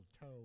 toe